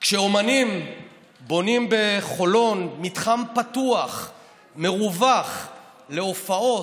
כשאומנים בונים בחולון מתחם פתוח ומרווח להופעות,